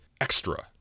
Extra